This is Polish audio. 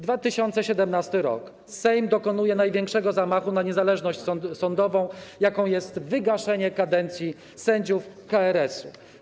2017 r. - Sejm dokonuje największego zamachu na niezależność sądową, jakim jest wygaszenie kadencji sędziów KRS.